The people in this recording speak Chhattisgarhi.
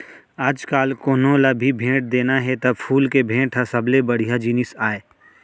आजकाल कोनों ल भी भेंट देना हे त फूल के भेंट ह सबले बड़िहा जिनिस आय